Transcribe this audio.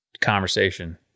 conversation